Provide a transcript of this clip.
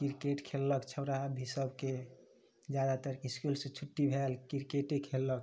cricket खेललक छौड़ा अभी सबके जादातर इसकुल से छुट्टी भेल क्रिकेटे खेललक